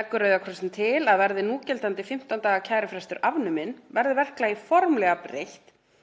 Leggur Rauði krossinn til að verði núgildandi 15 daga kærufrestur afnuminn verði verklagi formlega breytt